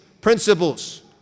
Principles